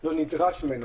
זה לא נדרש ממנו.